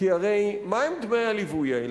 כי הרי מהם דמי הליווי האלה?